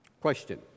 Question